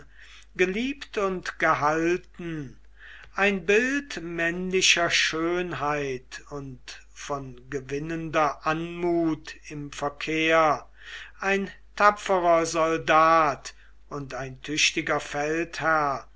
geliebt und gehalten ein bild männlicher schönheit und von gewinnender anmut im verkehr ein tapferer soldat und ein tüchtiger